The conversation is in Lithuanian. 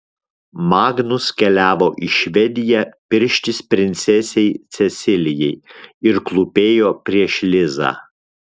magnus keliavo į švediją pirštis princesei cecilijai ir klūpėjo prieš lizą